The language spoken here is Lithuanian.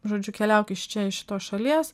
žodžiu keliauk iš čia iš šitos šalies